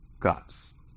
cups